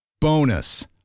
Bonus